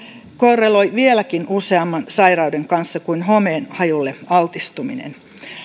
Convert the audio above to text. korreloi vieläkin useamman sairauden kanssa kuin homeen hajulle altistuminen